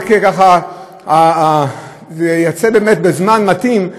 זה יוצא באמת בזמן מתאים: